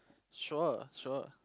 sure sure